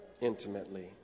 intimately